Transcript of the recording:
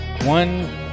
One